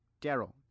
Daryl